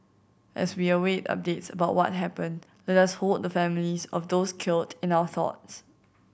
as we await updates about what happened let us hold the families of those killed in our thoughts